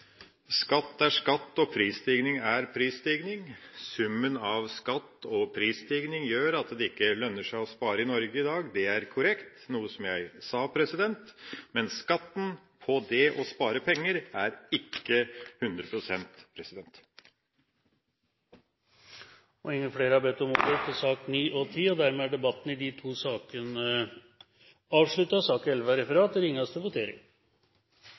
Skatt er skatt, og prisstigning er prisstigning. Summen av skatt og prisstigning gjør at det ikke lønner seg å spare i Norge i dag. Det er korrekt, noe som jeg sa. Men skatten på det å spare penger er ikke 100 pst. Flere har ikke bedt om ordet til sakene nr. 9 og 10. Stortinget går da til votering